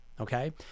Okay